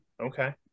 Okay